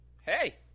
Hey